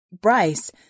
Bryce